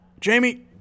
Jamie